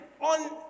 on